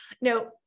No